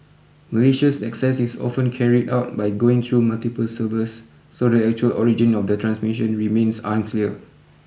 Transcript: malicious access is often carried out by going through multiple servers so the actual origin of the transmission remains unclear